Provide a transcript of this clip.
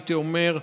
הייתי אומר,